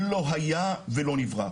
הממשלה נפלה ועד שרצו להקים וועדה,